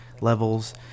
levels